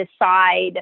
decide